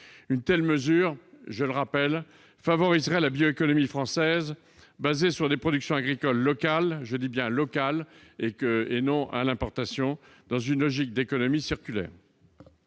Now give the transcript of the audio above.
Une telle mesure, je le rappelle, favoriserait la bioéconomie française, fondée sur des productions agricoles locales- je dis bien « locales » et non sur des importations -, dans une logique d'économie circulaire.